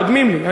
קודמים לי,